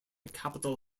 capital